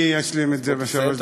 אני אשלים את זה בשלוש הדקות הבאות.